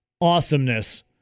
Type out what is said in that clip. awesomeness